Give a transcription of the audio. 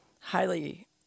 highly